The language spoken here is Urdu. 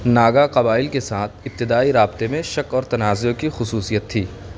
ناگا قبائل کے ساتھ ابتدائی رابطے میں شک اور تنازعہ کی خصوصیت تھی